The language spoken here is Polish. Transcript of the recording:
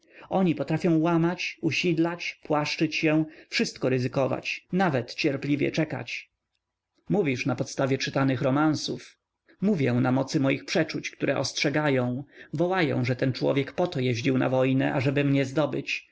oni potrafią łamać usidlać płaszczyć się wszystko ryzykować nawet cierpliwie czekać mówisz na podstawie czytanych romansów mówię na mocy moich przeczuć które ostrzegają wołają że ten człowiek po to jeździł na wojnę ażeby mnie zdobyć